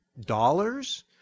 Dollars